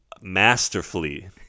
masterfully